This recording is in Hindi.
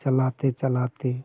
चलाते चलाते